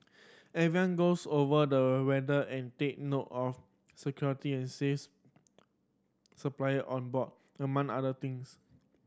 everyone goes over the weather and take note of security and says supply on board among other things